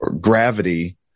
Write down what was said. gravity